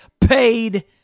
paid